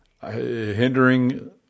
hindering